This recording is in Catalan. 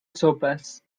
sopes